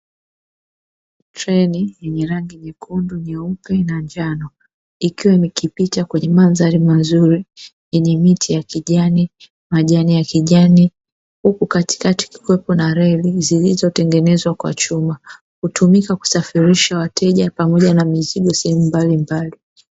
Treni yenye rangi nyekundu, nyeupe na njano, ikiwa ikipita kwenye mandhari mazuri yenye miti ya kijani, majani ya kijani, huku katikati kukiwepo na reli zilizotengenezwa kwa chuma. Hutumika kusafirisha wateja pamoja na mizigo sehemu mbalimbali.